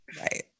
Right